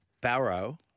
Barrow